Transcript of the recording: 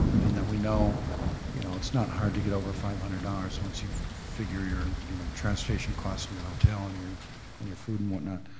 and that we know you know it's not hard to get over five hundred dollars once you've figure your you know transportation costs, and your hotel, and your and your food and whatnot.